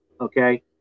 okay